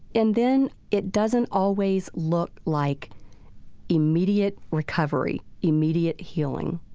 and then it doesn't always look like immediate recovery, immediate healing.